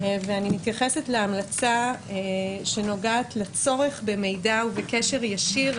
ואני מתייחסת להמלצה שנוגעת לצורך במידע ובקשר ישיר,